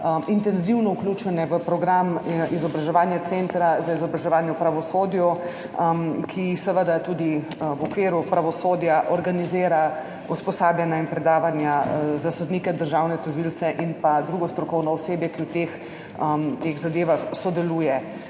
intenzivno vključene v program izobraževanja Centra za izobraževanje v pravosodju, ki tudi v okviru pravosodja organizira usposabljanja in predavanja za sodnike, državne tožilce in drugo strokovno osebje, ki sodeluje